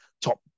top